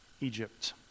Egypt